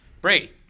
Brady